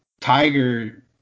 tiger